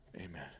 Amen